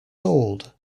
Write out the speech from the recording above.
sold